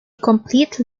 complete